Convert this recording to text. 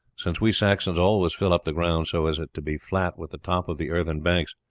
since we saxons always fill up the ground so as to be flat with the top of the earthen banks,